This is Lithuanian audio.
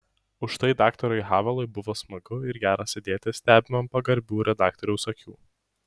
užtai daktarui havelui buvo smagu ir gera sėdėti stebimam pagarbių redaktoriaus akių